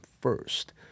first